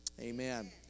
Amen